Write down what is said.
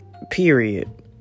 period